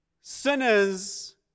sinners